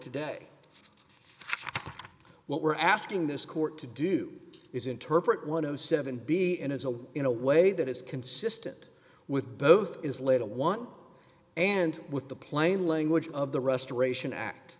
today what we're asking this court to do is interpret one of seven b in a in a way that is consistent with both is little one and with the plain language of the restoration act